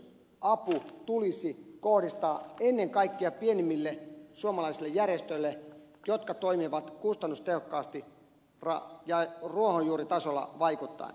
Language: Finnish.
kehitysapu tulisi kohdistaa ennen kaikkea pienemmille suomalaisille järjestöille jotka toimivat kustannustehokkaasti ja ruohonjuuritasolla vaikuttaen